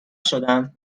شدم